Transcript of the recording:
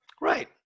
Right